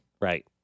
Right